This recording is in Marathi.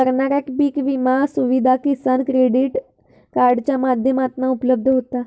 करणाऱ्याक पीक विमा सुविधा किसान क्रेडीट कार्डाच्या माध्यमातना उपलब्ध होता